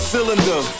Cylinder